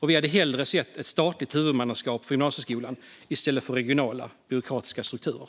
Vi hade hellre sett ett statligt huvudmannaskap för gymnasieskolan än regionala byråkratiska strukturer.